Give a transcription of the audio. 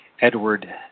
Edward